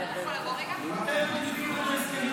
אתם --- הסכמים קואליציוניים,